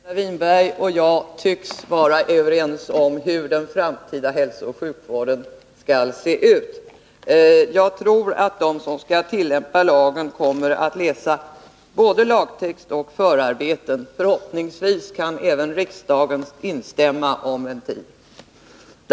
Herr talman! Margareta Winberg och jag tycks vara överens om hur den framtida hälsooch sjukvården skall se ut. Jag tror att de som skall tillämpa lagen kommer att läsa både lagtexten och förarbetena. Där kommer det att framgå klart. Förhoppningsvis kan även riksdagen instämma om en tid.